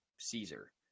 caesar